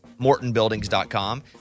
MortonBuildings.com